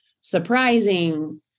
surprising